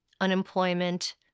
unemployment